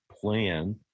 plan